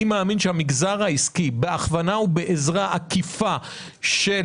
אני מאמין שהמגזר העסקי בהכוונה ובעזרה עקיפה של